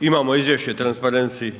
imamo izvješće Transparency